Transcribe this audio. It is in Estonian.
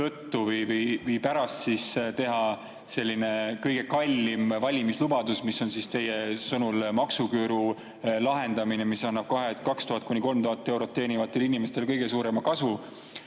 või pärast esitada kõige kallim valimislubadus, mis on teie sõnul maksuküüru [kaotamine], mis annab 2000–3000 eurot teenivatele inimestele kohe kõige suurema kasu,